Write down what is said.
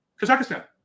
Kazakhstan